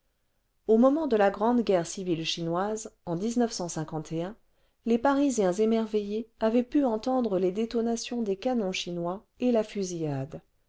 au moment de la grande guerre civile chinoise en les parisiens émerveillés avaient pu entendre les détonations des canons chinois et la fusillade